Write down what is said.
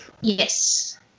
yes